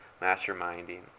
masterminding